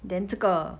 then 这个